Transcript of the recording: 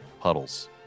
puddles